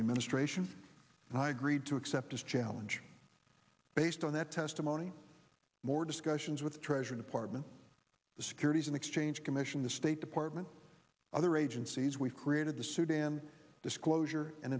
the ministration and i agreed to accept a challenge based on that testimony more discussions with treasury department the securities and exchange commission the state department other agencies we've created the sudan disclosure and